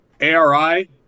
ARI